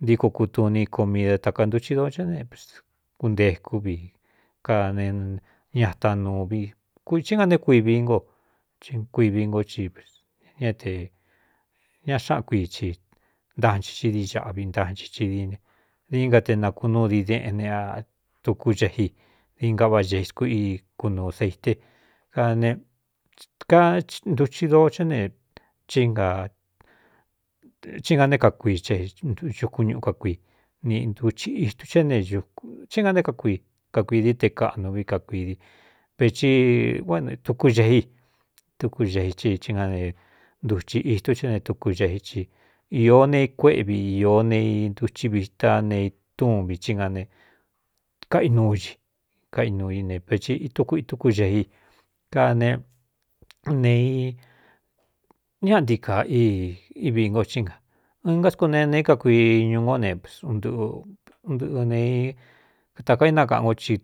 Ntiko kutuni ko mii da takantuchi dochó néprs kuntekú vi kane ñata nuuvikí nga né kui vií ngo kuivi ngocívs ñña te ña xáꞌan kuii ci ntanchi xi dii ñaꞌvi ntanchichi diíne dií nga te nākunu dii deꞌnne a tukúceꞌ i deingaꞌváꞌa gēi sku i kunuu seite kanekantuchi doo chá ne athí nga né kakuii hexuku ñuu ka kui nꞌitu é nthí nga né kakui kakuidi te kaꞌnu vi kakuidi vecitukúgeꞌí i tuku xei i í nga ne ntuchi istú cé ne tuku geí i īó ne i kuéꞌvi īó ne intuchi vitá ne itúvi í na ne kainúu ñi kainuu í ne veti tukuxe i kane ne ñaꞌa nti kaa ívi ngo í ngā ɨn nká sku ne ne é kakuii ñu ngo néprs nɨꞌɨuɨꞌɨ netakaínakaꞌan nko ci